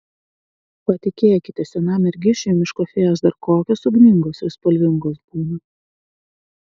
patikėkite senam mergišiui miško fėjos dar kokios ugningos ir spalvingos būna